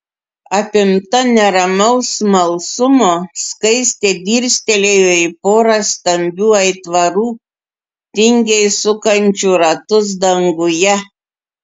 apimta neramaus smalsumo skaistė dirstelėjo į porą stambių aitvarų tingiai sukančių ratus danguje